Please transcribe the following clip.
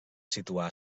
situar